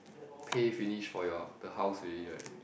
pay finish for your the house already right